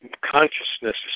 consciousness